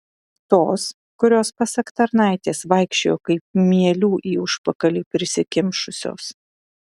tos kurios pasak tarnaitės vaikščiojo kaip mielių į užpakalį prisikimšusios